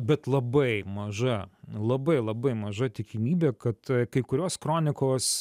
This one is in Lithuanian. bet labai maža labai labai maža tikimybė kad kai kurios kronikos